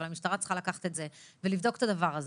אבל המשטרה צריכה לקחת את זה ולבדוק את הדבר הזה,